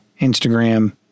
Instagram